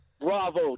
bravo